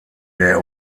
der